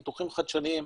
פיתוחים חדשניים.